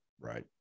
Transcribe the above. Right